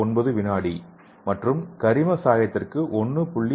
019 வினாடி மற்றும் ஒரு கரிம சாயத்திற்கு 1